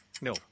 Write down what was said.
No